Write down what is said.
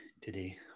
today